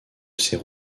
ces